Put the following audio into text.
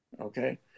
okay